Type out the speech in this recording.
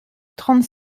trente